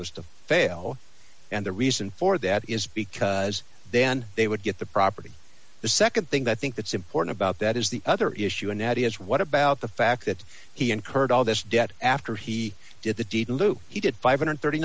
was to fail and the reason for that is because then they would get the property the nd thing that think that's important about that is the other issue and that is what about the fact that he incurred all this debt after he did the deed in lieu he did five hundred and thirty